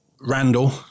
Randall